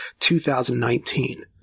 2019